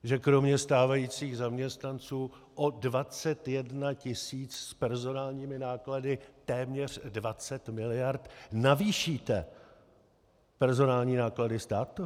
Že kromě stávajících zaměstnanců o 21 tisíc s personálními náklady téměř 20 miliard navýšíte personální náklady státu?